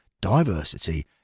diversity